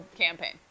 campaign